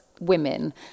women